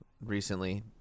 recently